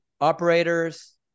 operators